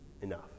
enough